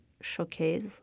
showcase